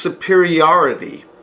superiority